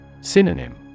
Synonym